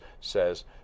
says